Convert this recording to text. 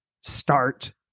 start